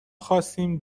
خواستیم